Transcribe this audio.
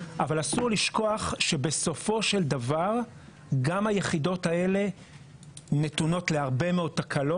אבל אסור לשכוח שבסופו של דבר גם היחידות האלה נתונות להרבה מאוד תקלות.